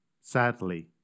sadly